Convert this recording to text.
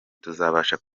tuzabasha